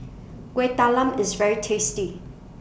Kuih Talam IS very tasty